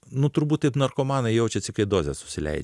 nu turbūt taip narkomanai jaučiasi kai dozę susilei